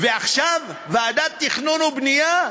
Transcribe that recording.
ועכשיו ועדת תכנון ובנייה.